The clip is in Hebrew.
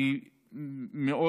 מאוד